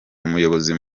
umuyobozi